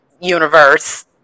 universe